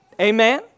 Amen